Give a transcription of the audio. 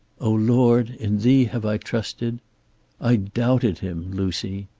o lord, in thee have i trusted i doubted him, lucy,